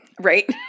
Right